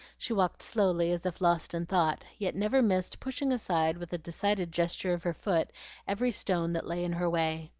she walked slowly, as if lost in thought, yet never missed pushing aside with a decided gesture of her foot every stone that lay in her way.